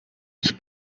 els